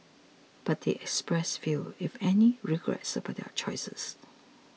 but they expressed few if any regrets about their choices